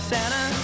Santa